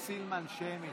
64,